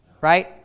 Right